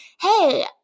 hey